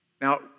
Now